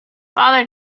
father